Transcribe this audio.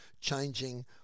changing